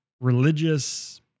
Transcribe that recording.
religious